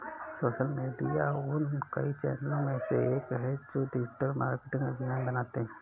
social media उन कई चैनलों में से एक है जो डिजिटल मार्केटिंग अभियान बनाते हैं